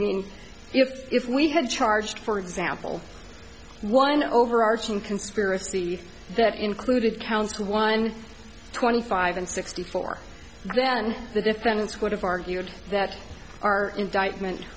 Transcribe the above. mean if if we have charged for example one overarching conspiracy that included counts two one twenty five and sixty four then the defendants would have argued that our indictment